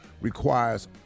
requires